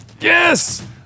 Yes